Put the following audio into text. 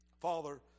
Father